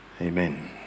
Amen